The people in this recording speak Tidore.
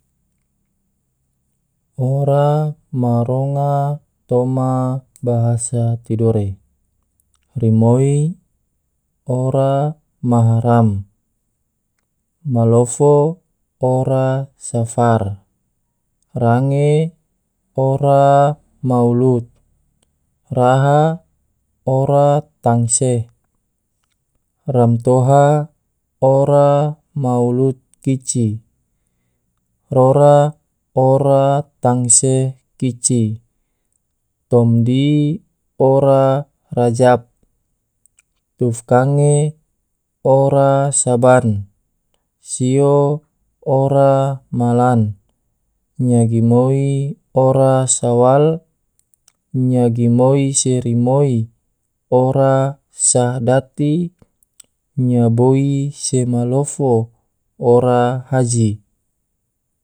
Ora maronga toma bahasa tidore. rimoi ora mahram, malofo ora safar, range ora maulud, raha ora tangseh, ramtoha ora maulud kici, rora ora tangseh kici, tomdi ora rajab, tufkange ora syaban, sio ora malan, nyagi moi ora syawal. Nyagi rimoi se rimoi ora syahdati, nyaboi se malofo ora haji.